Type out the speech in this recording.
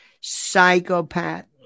Psychopath